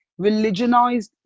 religionized